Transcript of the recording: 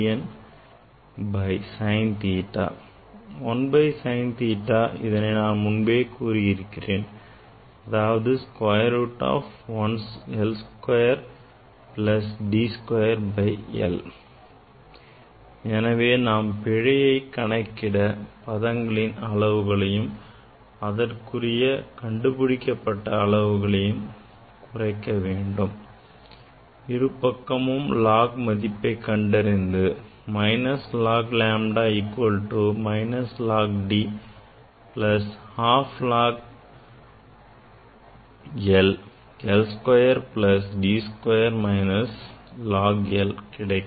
1 by sin theta இதனை நான் முன்பே கூறியிருக்கிறேன் அதாவது square root of l square plus d square by l எனவே நாம் பிழையை கணக்கிட பதங்களின் அளவுகளையும் அதற்குரிய கண்டுபிடிக்கப்பட்ட அளவுகளை கொண்டு குறைக்க வேண்டும் இருபக்கமும் log மதிப்பை கண்டறிந்தால் minus log lambda equal to minus log d plus half log this 1 l square plus d square minus log l கிடைக்கும்